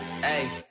hey